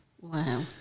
Wow